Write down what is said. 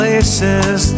Places